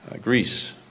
Greece